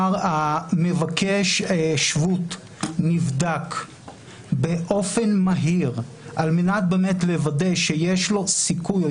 מבקש השבות נבדק באופן מהיר על מנת לוודא שיש לו סיכוי או